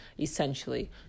essentially